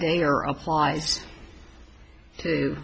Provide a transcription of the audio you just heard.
they are applies to